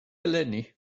eleni